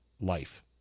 life